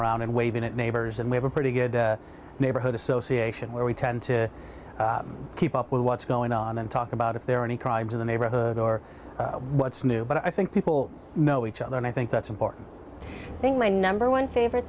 around and waving at neighbors and we have a pretty good neighborhood association where we tend to keep up with what's going on and talk about if there are any problems in the neighborhood or what's new but i think people know each other and i think that's important thing my number one favorite